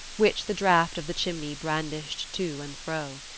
which the draught of the chimney brandished to and fro.